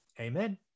Amen